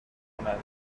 کند